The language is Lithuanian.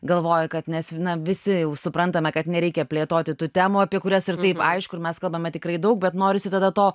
galvoju kad nes na visi suprantame kad nereikia plėtoti tų temų apie kurias ir taip aišku mes kalbame tikrai daug bet norisi tada to